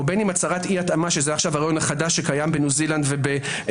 או בין אם הצהרת אי התאמה שזה הרעיון החדש שקיים בניו זילנד ובבריטניה,